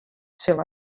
sil